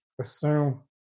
assume